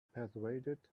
persuaded